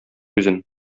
үзен